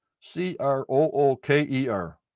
C-R-O-O-K-E-R